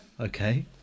Okay